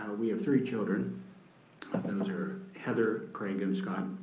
ah we have three children, and those are heather, craig and scott.